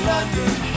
London